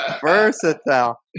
versatile